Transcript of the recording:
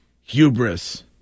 hubris